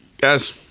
guys